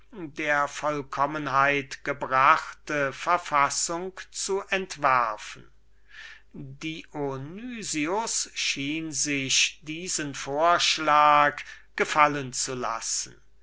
der von ihm abhange versprach dionys schien sich diesen vorschlag gefallen zu lassen